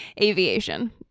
aviation